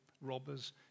robbers